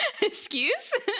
Excuse